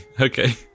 okay